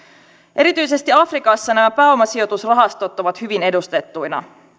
erityisesti afrikassa nämä pääomasijoitusrahastot ovat hyvin edustettuina